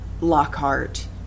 Lockhart